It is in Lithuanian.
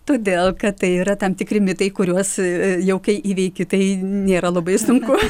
todėl kad tai yra tam tikri mitai kuriuos jau kai įveiki tai nėra labai sunku